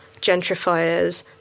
gentrifiers